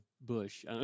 Bush